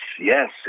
yes